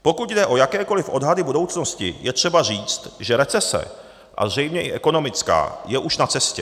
Pokud jde o jakékoliv odhady budoucnosti, je třeba říct, že recese, a zřejmě i ekonomická, je už na cestě.